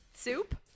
soup